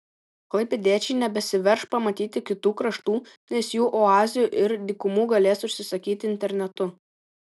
klaipėdiečiai nebesiverš pamatyti kitų kraštų nes jų oazių ir dykumų galės užsisakyti internetu